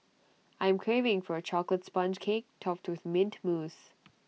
I am craving for A Chocolate Sponge Cake Topped with Mint Mousse